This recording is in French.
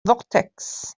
vortex